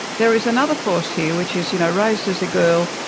there is another force here, which is, you know, raised as a girl,